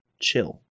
chill